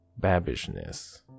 babishness